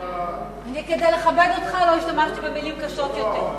כדי לכבד אותך לא השתמשתי במלים קשות יותר.